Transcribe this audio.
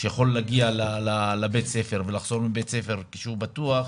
שיכול להגיע ולחזור מבית הספר כשהוא בטוח,